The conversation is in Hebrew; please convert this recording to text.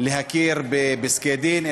להכיר בפסקי-דין,